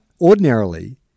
Ordinarily